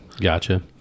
Gotcha